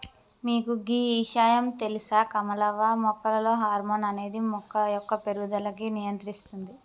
మీకు గీ ఇషయాం తెలుస కమలవ్వ మొక్కలలో హార్మోన్ అనేది మొక్క యొక్క పేరుగుదలకు నియంత్రిస్తుంది